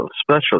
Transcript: special